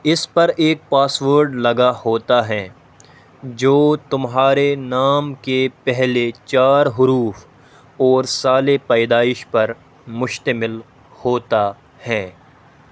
اس پر ایک پاسورڈ لگا ہوتا ہے جو تمہارے نام کے پہلے چار حروف اور سال پیدائش پر مشتمل ہوتا ہے